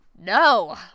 no